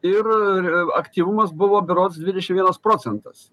ir aktyvumas buvo berods dvidešim vienas procentas